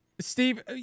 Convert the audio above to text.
Steve